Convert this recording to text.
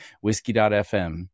whiskey.fm